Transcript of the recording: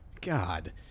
God